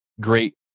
great